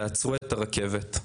תעצרו את הרכבת.